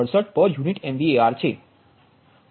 0067 pu MVAr છે